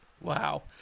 Wow